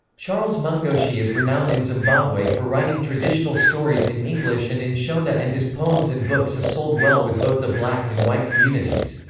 charles mungoshi is renowned in zimbabwe for writing traditional stories in english and in shona and his poems and books have sold well with both the black and white communities.